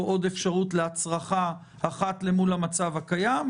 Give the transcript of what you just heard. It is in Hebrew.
עוד אפשרות להצרחה אחת למול המצב הקיים,